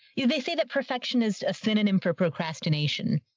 yeah. they say that perfection is a synonym for procrastination.